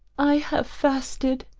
i have fasted,